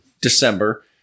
December